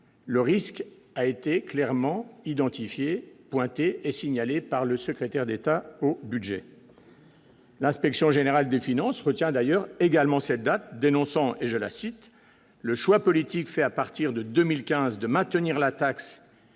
le risque a été clairement identifié pointé et signalé par le secrétaire d'État au Budget. L'Inspection générale des finances retient d'ailleurs également cette date dénonçant et je la cite le choix politique fait à partir de 2015 de maintenir la taxe